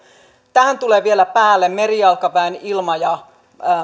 tähän tulevat vielä päälle merijalkaväen ilma ja